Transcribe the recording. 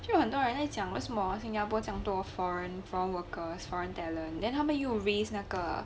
就很多人在讲为什么新加坡这样多 foreign foreign workers foreign talent then 他们又 raised 那个